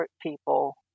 people